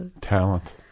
talent